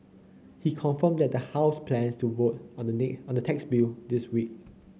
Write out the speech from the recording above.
he confirmed that the House plans to vote on the on the tax bill this week